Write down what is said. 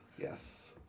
Yes